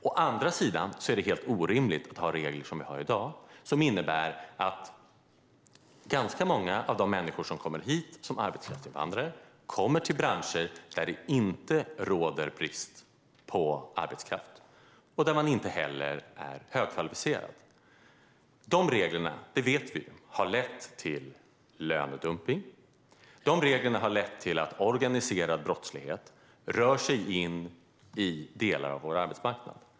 Å andra sidan är det helt orimligt att som i dag ha regler som innebär att många av de människor som kommer hit som arbetskraftsinvandrare kommer till branscher där det inte råder brist på arbetskraft och där man inte heller är högkvalificerad. Dessa regler vet vi har lett till lönedumpning och till att organiserad brottslighet rör sig in på delar av vår arbetsmarknad.